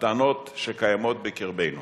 הטענות שקיימות בקרבנו